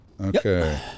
Okay